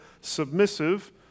submissive